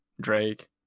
Drake